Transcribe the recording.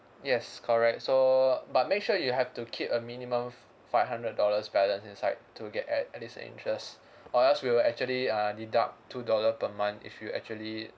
yes correct so but make sure you have to keep a minimum f~ five hundred dollars balance inside to get at at least an interest or else we'll actually uh deduct two dollar per month if you actually